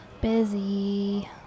busy